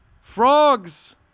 frogs